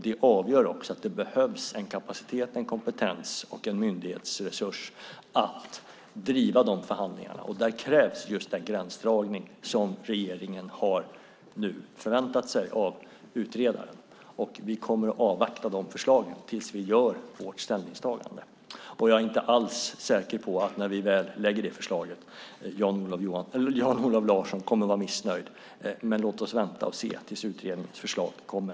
Det avgör att det behövs en kapacitet, en kompetens och en myndighetsresurs för att driva de förhandlingarna. Där krävs just den gränsdragning som regeringen har förväntat sig av utredaren. Vi kommer att avvakta de förslagen tills vi gör vårt ställningstagande. Jag är inte alls säker på att när vi väl lägger det förslaget Jan-Olof Larsson kommer att vara missnöjd. Men låt oss vänta och se tills utredningens förslag kommer.